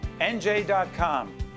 NJ.com